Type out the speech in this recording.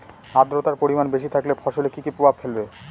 আদ্রর্তার পরিমান বেশি থাকলে ফসলে কি কি প্রভাব ফেলবে?